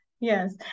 Yes